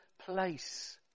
place